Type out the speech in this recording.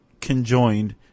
conjoined